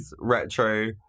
retro